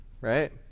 Right